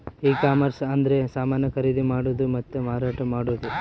ಈ ಕಾಮರ್ಸ ಅಂದ್ರೆ ಸಮಾನ ಖರೀದಿ ಮಾಡೋದು ಮತ್ತ ಮಾರಾಟ ಮಾಡೋದು